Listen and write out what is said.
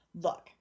Look